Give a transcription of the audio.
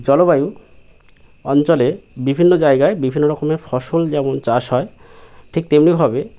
জলবায়ু অঞ্চলে বিভিন্ন জায়গায় বিভিন্ন রকমের ফসল যেমন চাষ হয় ঠিক তেমনিভাবে